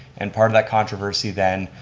and part of that controversy then